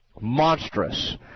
monstrous